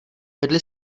vedli